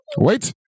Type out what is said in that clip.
Wait